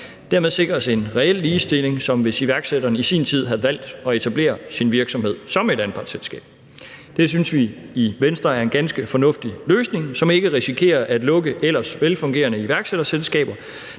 Dermed sikres en reel ligestilling svarende til, hvis iværksætteren i sin tid havde valgt at etablere sin virksomhed som et anpartsselskab. Det synes vi i Venstre er en ganske fornuftig løsning, som gør, at man ikke risikerer at lukke ellers velfungerende iværksætterselskaber,